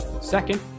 Second